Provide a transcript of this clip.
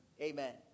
Amen